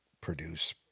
produce